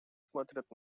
смотрят